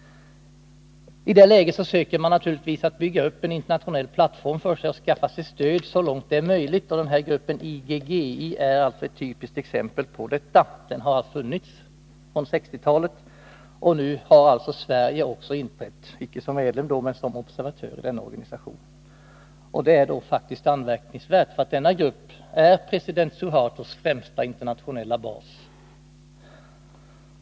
I detta läge försöker naturligtvis regimen i Indonesien bygga upp en internationell plattform och så långt möjligt skaffa sig stöd. Gruppen IGGI är ett typiskt exempel på detta. Den har funnits sedan 1960-talet, och nu har således även Sverige inträtt som observatör i denna organisation. Det är faktiskt anmärkningsvärt, då denna grupp är president Suhartos främsta internationella bas.